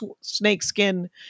snakeskin